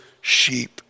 sheep